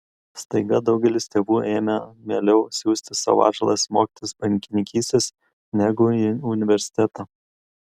staiga daugelis tėvų ėmė mieliau siųsti savo atžalas mokytis bankininkystės negu į universitetą